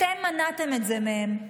אתם מנעתם את זה מהם,